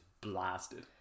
blasted